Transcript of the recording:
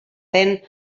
den